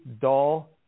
dull